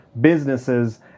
businesses